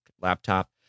laptop